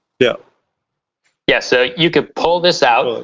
yeah yeah, so you could pull this out,